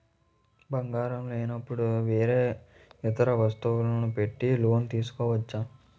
బంగారం లేనపుడు వేరే ఇతర వస్తువులు పెట్టి లోన్ తీసుకోవచ్చా?